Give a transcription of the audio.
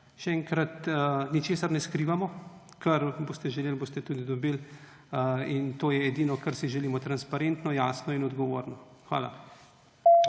Še enkrat, ničesar ne skrivamo, kar boste želeli, boste tudi dobili, in to je edino, kar si želimo, transparentno, jasno in odgovorno. Hvala.